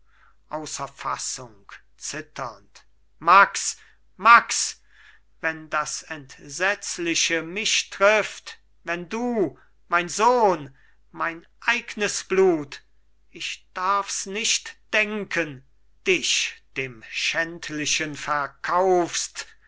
außer fassung zitternd max max wenn das entsetzliche mich trifft wenn du mein sohn mein eignes blut ich darfs nicht denken dich dem schändlichen verkaufst